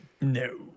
No